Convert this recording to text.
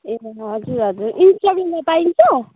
ए हजुर हजुर इन्सटलमेन्टमा पाइन्छ